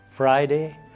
Friday